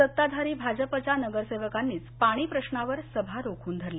सत्ताधारी भाजपच्या नगरसेवकांनीच पाणी प्रश्नावर सभा रोखून धरली